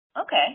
Okay